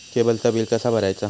केबलचा बिल कसा भरायचा?